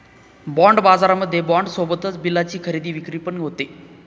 bond बाजारामध्ये bond सोबतच बिलाची खरेदी विक्री पण होते